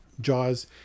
jaws